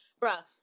Bruh